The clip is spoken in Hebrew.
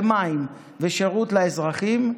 מים ושירות לאזרחים,